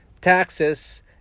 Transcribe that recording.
taxes